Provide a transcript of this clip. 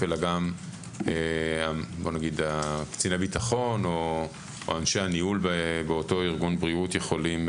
אלא גם קציני ביטחון או אנשי הניהול באותו ארגון בריאות יכולים